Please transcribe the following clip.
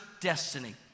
destiny